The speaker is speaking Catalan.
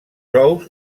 ous